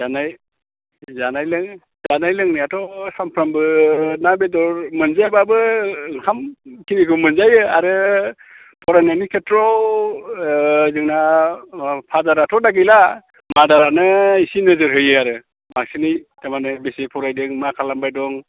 जानाय जानाय जानाय लोंनायाथ' सामफ्रामबो ना बेदर मोनजायाबाबो ओंखाम खिनिखौ मोनजायो आरो फरायनायनि खेथ्रआव जोंना फाडाराथ' दा गैला मादारानो एसे नोजोर होयो आरो बांसिनै थारमाने बेसे फरायदों मा खालामबाय दं